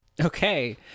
Okay